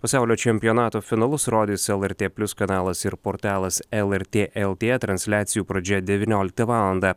pasaulio čempionato finalus rodys lrt plius kanalas ir portalas lrt lt transliacijų pradžia devynioliktą valandą